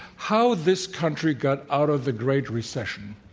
how this country got out of the great recession?